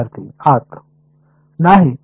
विद्यार्थीः आत